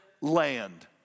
land